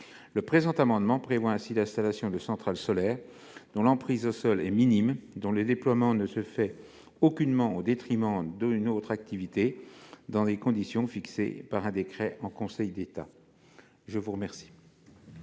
Le présent amendement vise à prévoir l'installation de centrales solaires dont l'emprise au sol est minime, dont le déploiement ne se fait aucunement au détriment d'une autre activité, dans des conditions fixées par un décret en Conseil d'État. Quel